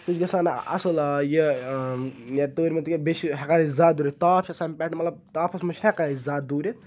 سُہ چھُ گژھان اَصٕل یہِ تۭرِ منٛز تِکیازِ بیٚیہِ چھِ ہیٚکان أسۍ زیادٕ اوٚدرِتھ تاپھ چھُ آسان پٮ۪ٹھٕ مطلب تاپھس منٛز چھُ ہیٚکان أسۍ زیادٕ دوٗرِتھ